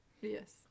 Yes